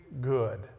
good